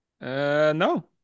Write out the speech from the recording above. no